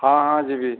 ହଁ ହଁ ଯିବି